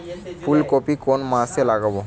ফুলকপি কোন মাসে লাগাবো?